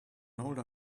older